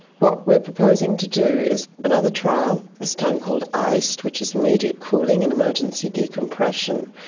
what we are proposing to do is another trial, this time called iced, which is immediate cooling and emergency decompression,